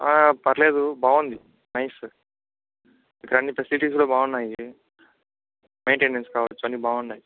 పర్లేదు బాగుంది నైస్ ఇక్కడ అన్నిఫెసిలిటీస్ కూడా బాగున్నాయి మైంటెనెన్సు కావచ్చు అన్ని బాగున్నాయి